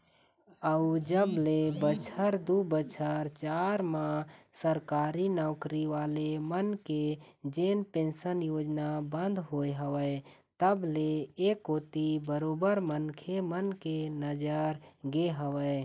अउ जब ले बछर दू हजार चार म सरकारी नौकरी वाले मन के जेन पेंशन योजना बंद होय हवय तब ले ऐ कोती बरोबर मनखे मन के नजर गे हवय